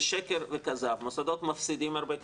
זה שקר וכזב, המוסדות מפסידים הרבה כסף,